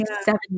seven